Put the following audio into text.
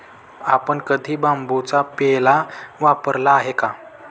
आपण कधी बांबूचा पेला वापरला आहे का?